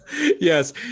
yes